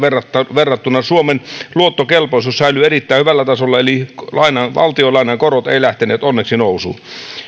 verrattuna suomen luottokelpoisuus säilyi erittäin hyvällä tasolla eli valtionlainan korot eivät onneksi lähteneet nousuun